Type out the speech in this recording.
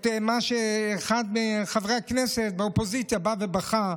על מה שאחד מחברי הכנסת באופוזיציה בא ובכה,